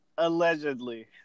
allegedly